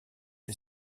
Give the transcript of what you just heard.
les